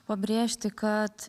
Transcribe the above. pabrėžti kad